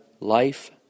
life